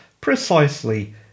precisely